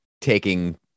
taking